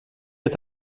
est